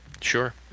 Sure